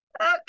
Okay